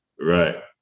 Right